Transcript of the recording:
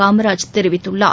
காமராஜ் தெரிவித்துள்ளார்